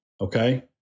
okay